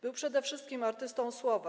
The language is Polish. Był przede wszystkim artystą słowa.